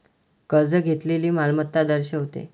कर्ज घेतलेली मालमत्ता दर्शवते